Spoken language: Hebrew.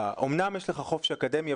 אמנם יש לך חופש אקדמי,